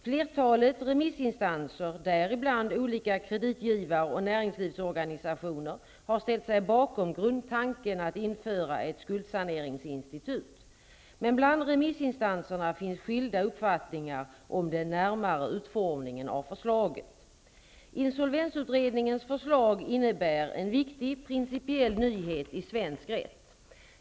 Flertalet remissinstanser, däribland olika kreditgivar och näringslivsorganisationer, har ställt sig bakom grundtanken att införa ett skuldsaneringsinstitut. Men bland remissinstanserna finns skilda uppfattningar om den närmare utformningen av förslaget. Insolvensutredningens förslag innebär en viktig principiell nyhet i svensk rätt.